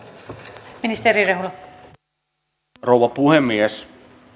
arvoisa rouva puhemies